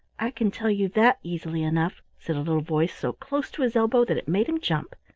i can tell you that easily enough, said a little voice so close to his elbow that it made him jump.